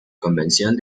convención